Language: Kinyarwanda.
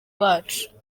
wacu